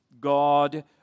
God